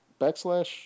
backslash